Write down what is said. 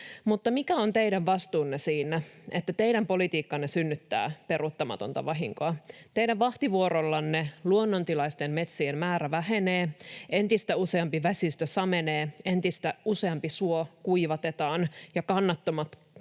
mutta mikä on teidän vastuunne siinä, että teidän politiikkanne synnyttää peruuttamatonta vahinkoa? Teidän vahtivuorollanne luonnontilaisten metsien määrä vähenee, entistä useampi vesistö samenee, entistä useampi suo kuivatetaan, ja kannattamattomatkin